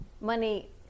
money